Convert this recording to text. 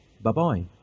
Bye-bye